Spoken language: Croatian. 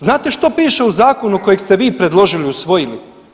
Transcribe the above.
Znate što piše u zakonu kojeg ste vi predložili i usvojili?